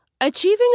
Achieving